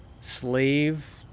slave